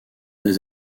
des